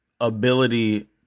ability